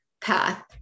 path